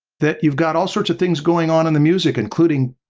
that you've got all sorts of things going on in the music including